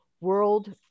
World